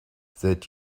that